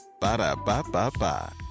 Ba-da-ba-ba-ba